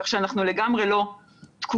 כך שאנחנו לגמרי לא תקועים,